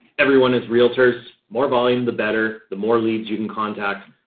everyone has realtors more volume, the better, the more leads you can contact.